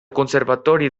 conservatori